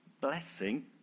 blessing